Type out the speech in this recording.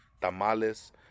tamales